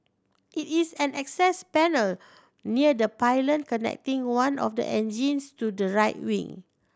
it is an access panel near the pylon connecting one of the engines to the right wing